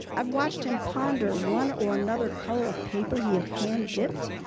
i've watched him ponder one or another color of paper he had hand dipped,